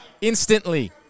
instantly